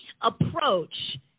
approach